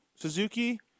Suzuki